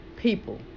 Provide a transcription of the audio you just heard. people